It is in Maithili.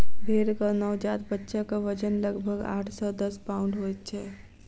भेंड़क नवजात बच्चाक वजन लगभग आठ सॅ दस पाउण्ड होइत छै